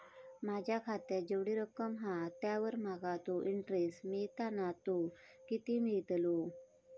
माझ्या खात्यात जेवढी रक्कम हा त्यावर माका तो इंटरेस्ट मिळता ना तो किती मिळतलो?